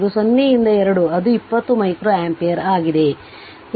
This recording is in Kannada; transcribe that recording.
ಇದು 0 ರಿಂದ 2 ಅದು 20 ಮೈಕ್ರೊಅಂಪಿಯರ್ ಆಗಿದೆ